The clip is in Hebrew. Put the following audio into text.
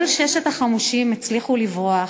כל ששת החמושים הצליחו לברוח,